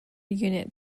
unit